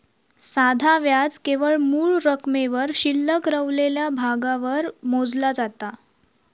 साधा व्याज केवळ मूळ रकमेवर शिल्लक रवलेल्या भागावर मोजला जाता